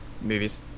movies